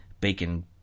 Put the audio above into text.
Bacon